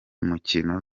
mukino